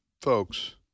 folks